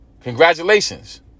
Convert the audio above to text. congratulations